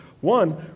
One